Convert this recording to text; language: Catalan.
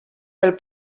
pel